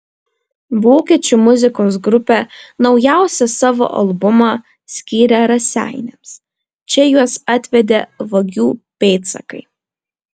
vokiečių muzikos grupė naujausią savo albumą skyrė raseiniams čia juos atvedė vagių pėdsakai